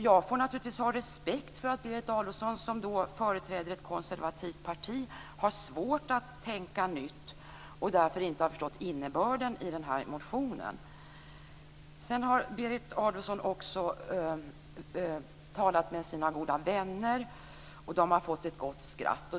Jag får naturligtvis ha respekt för att Berit Adolfsson, som företräder ett konservativt parti, har svårt att tänka nytt och därför inte har förstått innebörden i den här motionen. Sedan har Berit Adolfsson också talat med sina goda vänner, och de har fått ett gott skratt.